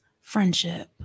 friendship